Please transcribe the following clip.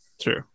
true